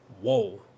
whoa